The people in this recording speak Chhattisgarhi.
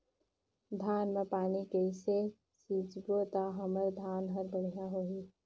धान मा पानी कइसे सिंचबो ता हमर धन हर बढ़िया होही?